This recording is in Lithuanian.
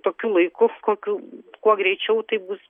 tokiu laiku kokiu kuo greičiau tai bus